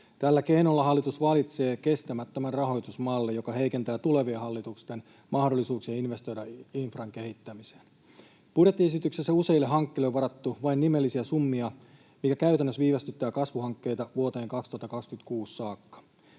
Tällä keinolla hallitus valitsee kestämättömän rahoitusmallin, joka heikentää tulevien hallitusten mahdollisuuksia investoida infran kehittämiseen. Budjettiesityksessä useille hankkeille on varattu vain nimellisiä summia, mikä käytännössä viivästyttää kasvuhankkeita vuoteen 2026 saakka.